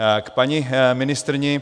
K paní ministryni.